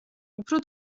უფრო